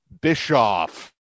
Bischoff